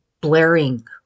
blaring